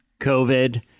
COVID